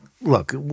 look